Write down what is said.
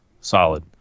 solid